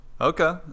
Okay